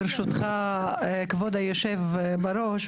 ברשותך כבוד היושב-ראש,